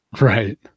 Right